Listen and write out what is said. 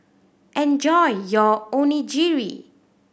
enjoy your Onigiri